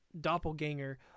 doppelganger